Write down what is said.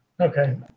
Okay